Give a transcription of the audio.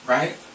Right